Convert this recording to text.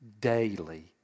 daily